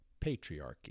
Patriarchy